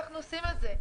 אנחנו עושים את זה.